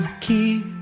keep